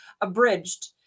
abridged